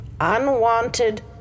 unwanted